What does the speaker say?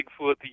Bigfoot